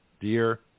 dear